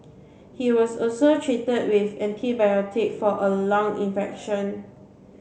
he was also treated with antibiotics for a lung infection